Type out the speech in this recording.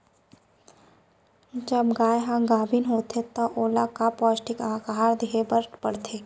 जब गाय ह गाभिन होथे त ओला का पौष्टिक आहार दे बर पढ़थे?